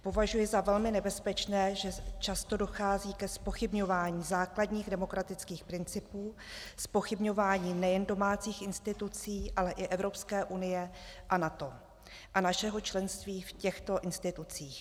Považuji za velmi nebezpečné, že často dochází ke zpochybňování základních demokratických principů, zpochybňování nejen domácích institucí, ale i Evropské unie a NATO a našeho členství v těchto institucích.